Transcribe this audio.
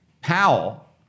Powell